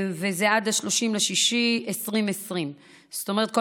וזה עד 30 ביוני 2020. זאת אומרת,